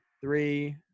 three